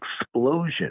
explosion